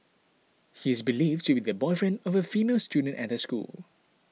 he is believed to be the boyfriend of a female student at the school